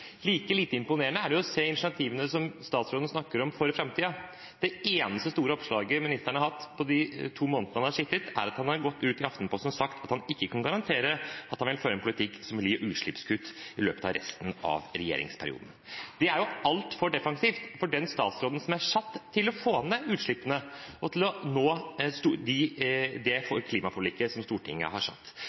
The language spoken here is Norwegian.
Like lite imponerende er det å se initiativene som statsråden snakker om for framtiden. Det eneste store oppslaget ministeren har hatt i de to månedene han har sittet, er at han har gått ut i Aftenposten og sagt at han ikke kan garantere at han vil føre en politikk som vil gi utslippskutt i løpet av resten av regjeringsperioden. Det er jo altfor defensivt for den statsråden som er satt til å få ned utslippene og til å nå målene i klimaforliket som Stortinget har